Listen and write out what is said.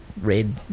red